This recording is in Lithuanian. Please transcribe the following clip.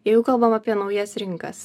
jeigu kalbam apie naujas rinkas